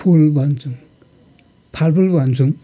फुल भन्छौँ फलफुल भन्छौँ